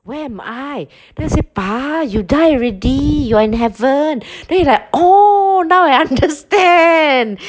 where am I then I say 爸 you die already you're in heaven then he like oh now I understand